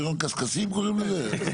בריון קשקשים, קוראים לזה?